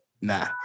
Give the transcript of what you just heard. nah